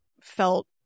felt